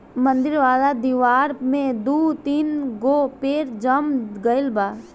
मंदिर वाला दिवार में दू तीन गो पेड़ जाम गइल बा